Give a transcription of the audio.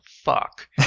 fuck